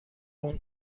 اون